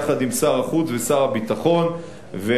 יחד עם שר החוץ ושר הביטחון ואחרים,